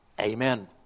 Amen